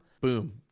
Boom